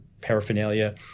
paraphernalia